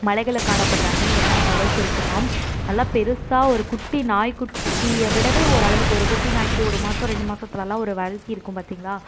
மலைகளில் காணப்படற அணில் வந்து அந்தளவுக்கு இருக்குமாம் நல்லா பெருசாக ஒரு குட்டி நாய்க்குட்டியை விடவே ஓரளவுக்கு ஒரு குட்டி நாய்க்குட்டி ஒரு மாதம் ரெண்டு மாதத்துலலாம் ஒரு வளர்ச்சி பார்த்தீங்களா